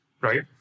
right